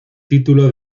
título